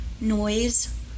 Noise